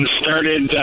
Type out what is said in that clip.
started